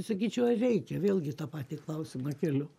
sakyčiau ar reikia vėlgi tą patį klausimą keliu